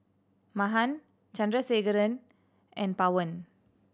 Mahan Chandrasekaran and Pawan